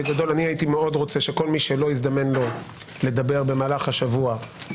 בגדול הייתי מאוד רוצה שכל מי שלא הזדמן לו לדבר במהלך השבוע ידבר,